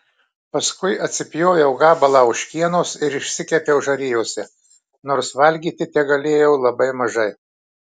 paskui atsipjoviau gabalą ožkienos ir išsikepiau žarijose nors valgyti tegalėjau labai mažai